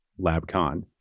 LabCon